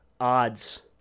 odds